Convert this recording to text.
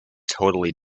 totally